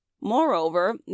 moreover